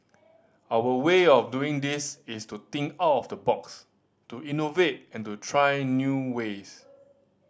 our way of doing this is to think out of the box to innovate and to try new ways